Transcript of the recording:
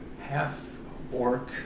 half-orc